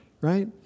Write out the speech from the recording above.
right